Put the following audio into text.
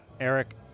Eric